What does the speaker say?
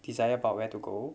decided about where to go